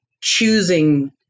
choosing